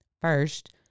First